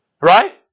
right